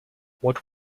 what